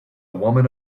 woman